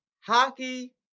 hockey